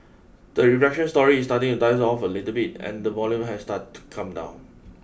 the refraction story is starting to dies off a little bit and the volume has start to come down